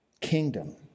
kingdom